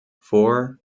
four